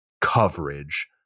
coverage